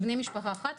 ברגע שזה בני משפחה אחת,